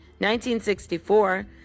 1964